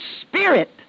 spirit